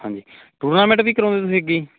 ਹਾਂਜੀ ਟੂਰਨਾਮੈਂਟ ਵੀ ਕਰਾਉਂਦੇ ਤੁਸੀਂ ਅੱਗੇ ਜੀ